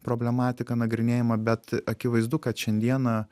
problematika nagrinėjama bet akivaizdu kad šiandieną